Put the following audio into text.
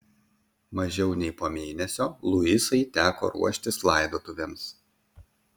mažiau nei po mėnesio luisai teko ruoštis laidotuvėms